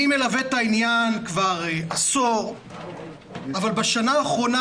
אני מלווה את העניין כבר עשור אבל בשנה האחרונה,